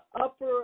upper